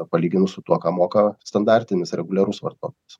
palyginus su tuo ką moka standartinis reguliarus vartotojas